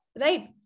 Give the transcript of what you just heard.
Right